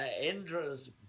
indra's